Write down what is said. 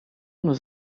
nous